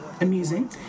amusing